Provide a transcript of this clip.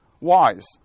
wise